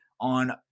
on